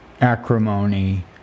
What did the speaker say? acrimony